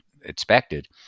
expected